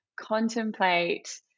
contemplate